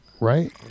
right